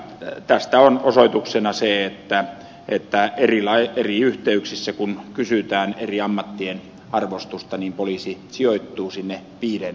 tästä on osoituksena se että eri yhteyksissä kun kysytään eri ammattien arvostusta niin poliisi sijoittuu sinne viiden kärkeen